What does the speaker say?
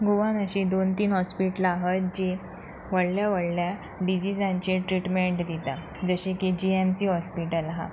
गोवान अशीं दोन तीन हॉस्पिटलां आहत जीं व्हडल्या व्हडल्या डिझीजांचे ट्रिटमँट दिता जशें की जी ऍम सी हॉस्पिटल आहा